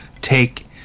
take